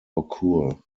occur